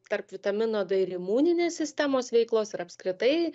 tarp vitamino d ir imuninės sistemos veiklos ir apskritai